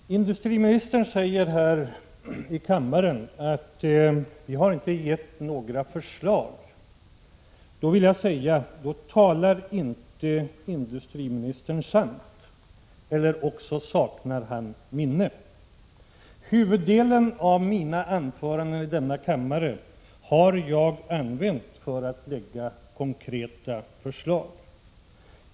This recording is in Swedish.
Herr talman! Industriministern säger att vi inte har gett några förslag. Men då talar inte industriministern sant, eller också saknar han minne. Jag har nämligen använt huvuddelen av mina anföranden i denna kammare för att lägga fram konkreta förslag.